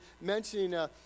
mentioning